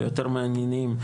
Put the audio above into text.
ליותר מעניינים.